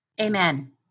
Amen